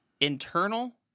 internal